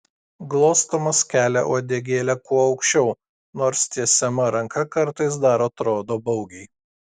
glostomas kelia uodegėlę kuo aukščiau nors tiesiama ranka kartais dar atrodo baugiai